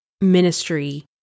ministry